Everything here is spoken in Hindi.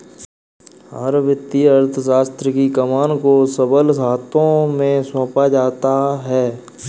हर वित्तीय अर्थशास्त्र की कमान को सबल हाथों में सौंपा जाता है